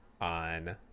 on